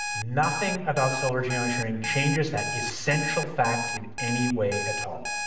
nothing about solar geoengineering changes that essential fact in any way at all,